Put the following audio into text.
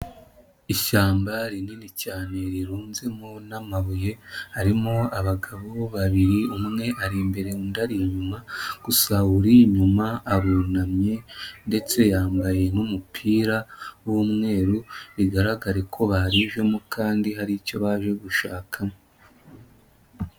Ishyamba rinini cyane rirunzemo n'amabuye, harimo abagabo babiri, umwe ari imbere, undi ari inyuma, gusa uri inyuma arunamye ndetse yambaye n'umupira w'umweru, bigaragare ko barijemo kandi hari icyo baje gushakamo.